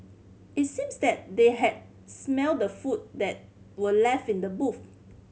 it seems that they had smelt the food that were left in the boot